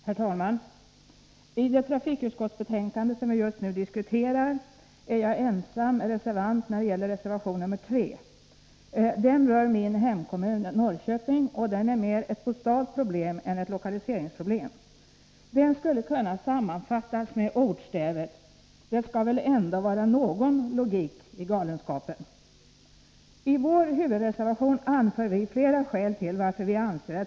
Herr talman! I det trafikutskottsbetänkande som vi just nu diskuterar är jag ensam reservant när det gäller reservation nr 3. Den rör min hemkommun Norrköping och handlar mer om ett postalt problem än om ett lokaliseringsproblem. Reservationen skulle kunna sammanfattas med ordstävet: Det skall väl ändå vara någon logik i galenskapen. I vår huvudreservation anför vi från centern flera skäl till att vi anser att.